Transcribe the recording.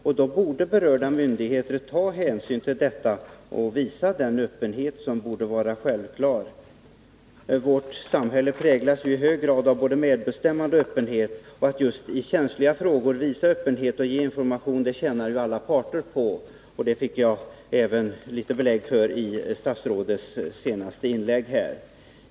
Då borde berörda myndigheter ta hänsyn till detta och visa den öppenhet som borde vara självklar. Vårt samhälle präglas ju i hög grad av både medbestämmande och öppenhet, och att man just i känsliga frågor visar öppenhet och ger information tjänar ju alla parter på. Och det fick jag även litet belägg för i statsrådets senaste inlägg.